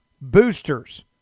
boosters